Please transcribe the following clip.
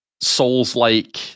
Souls-like